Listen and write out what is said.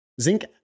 Zinc